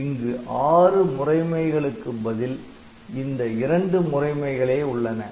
எனவே இங்கு ஆறு முறைமைகளுக்குப் பதில் இந்த இரண்டு முறைமைகளே உள்ளன